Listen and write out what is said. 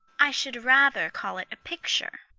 i should rather call it a picture,